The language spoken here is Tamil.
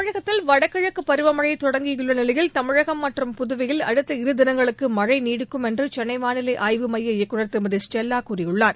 தமிழகத்தில் வடகிழக்கு பருவமழை தொடங்கியுள்ள நிலையில் தமிழகம் மற்றும் புதுவையில் அடுத்த இரு தினங்களுக்கு மழை நீடிக்கும் என்று சென்னை வாளிலை ஆய்வு எமய இயக்குனர் திருமதி ஸ்டெல்லா கூறியுள்ளார்